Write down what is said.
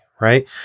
right